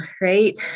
Right